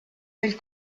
del